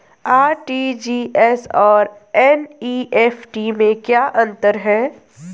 RTGS और NEFT में क्या अंतर है?